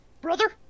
Brother